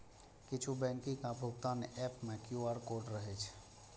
किछु बैंकिंग आ भुगतान एप मे क्यू.आर कोड रहै छै